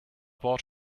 bought